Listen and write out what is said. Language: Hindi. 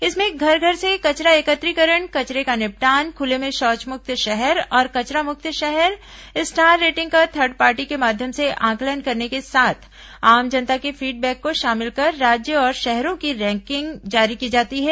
इसमें घर घर से कचरा एकत्रीकरण कचरे का निपटान खुले में शौचमुक्त शहर और कचरा मुक्त शहर स्टार रेंटिंग का थर्ड पार्टी के माध्यम से आंकलन करने के साथ आम जनता के फीडबैक को शामिल कर राज्यों और शहरों की रैंकिंग जारी की जाती है